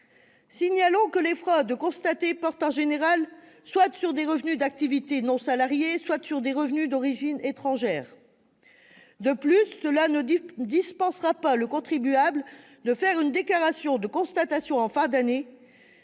Signalons que les fraudes constatées portent en général soit sur des revenus d'activité non salariée, soit sur des revenus d'origine étrangère. En outre, cela ne dispensera pas le contribuable de faire une déclaration de constatation en fin d'année